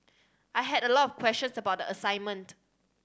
I had a lot of questions about the assignment